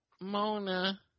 Mona